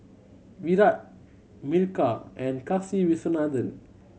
Virat Milkha and Kasiviswanathan